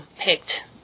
picked